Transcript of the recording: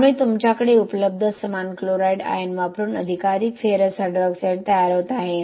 त्यामुळे तुमच्याकडे उपलब्ध समान क्लोराईड आयन वापरून अधिकाधिक फेरस हायड्रॉक्साईड तयार होत आहे